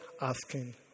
asking